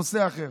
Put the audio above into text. נושא אחר.